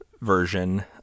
version